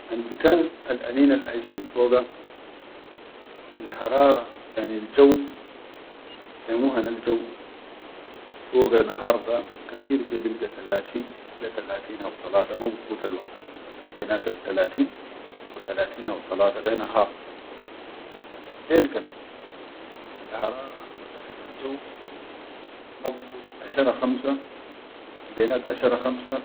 Albikan al aninal aishin foga alharara yanil jaw hemu hanal jaw foga nahar da, katir ke bilgatalatin le talatin haw talatin ma bifutanbenatttalatin haw talatin haw talata da nahar, ha fillel kan alharara walla kan aljaw ma bifut ashara khamsa ambenak ashara khamsa.